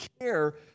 care